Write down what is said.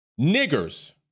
niggers